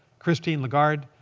christine lagarde,